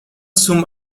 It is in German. zum